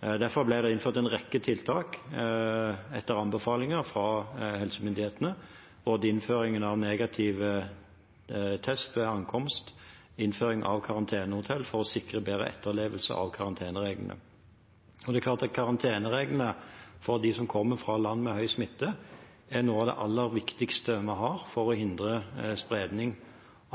Derfor ble det innført en rekke tiltak etter anbefalinger fra helsemyndighetene – både innføring av krav om negativ test ved ankomst og innføring av karantenehotell for å sikre bedre etterlevelse av karantenereglene. Karantenereglene for dem som kommer fra land med høy smitte, er noe av det aller viktigste vi har for å hindre spredning